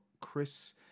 Chris